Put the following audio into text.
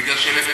בטח חשוב.